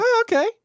Okay